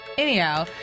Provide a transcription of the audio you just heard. Anyhow